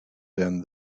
than